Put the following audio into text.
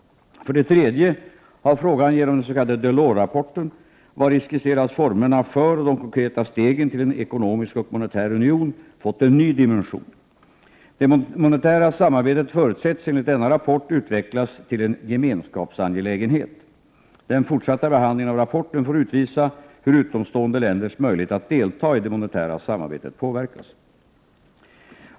För det tredje har frågan genom den s.k. Delorsrapporten, vari skisseras formerna för och de konkreta stegen till en ekonomisk och monetär union, fått en ny dimension. Det monetära samarbetet förutsätts enligt denna rapport utvecklas till en gemenskapsangelägenhet. Den fortsatta behandlingen av rapporten får utvisa hur utomstående länders möjlighet att delta i det monetära samarbetet påverkas.